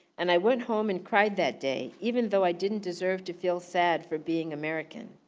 and i went home and cried that day, even though i didn't deserve to feel sad for being american.